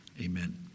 Amen